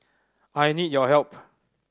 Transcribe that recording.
I need your help